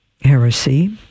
heresy